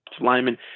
lineman